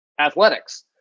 athletics